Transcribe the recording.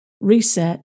reset